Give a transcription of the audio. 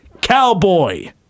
Cowboy